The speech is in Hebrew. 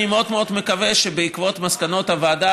אני מאוד מאוד מקווה שבעקבות מסקנות הוועדה